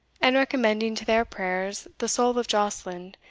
and recommending to their prayers the soul of joscelind,